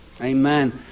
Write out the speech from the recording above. Amen